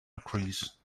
agrees